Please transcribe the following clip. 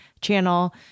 Channel